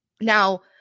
Now